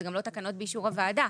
זה גם לא תקנות באישור הוועדה,